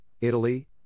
Italy